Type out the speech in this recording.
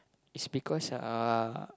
it's because uh